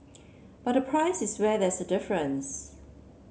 but the price is where there's a difference